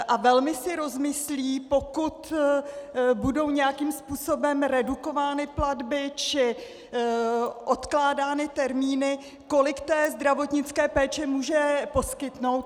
A velmi si rozmyslí, pokud budou nějakým způsobem redukovány platby či odkládány termíny, kolik té zdravotnické péče může poskytnout.